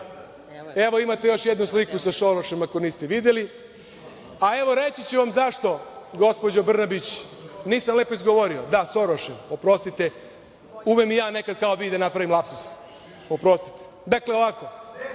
Evo, imate još jednu sliku sa Šorošem, ako niste videli, a reći ću vam zašto, gospođo Brnabić… Nisam lepo izgovorio, da, Sorošem, oprostite, umem i ja ponekad da napravim lapsus, kao i vi. Dakle, ovako,